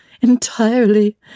entirely